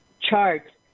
charts